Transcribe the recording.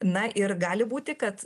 na ir gali būti kad